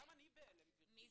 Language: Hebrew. גם אני בהלם גבירתי.